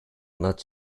not